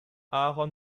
aaron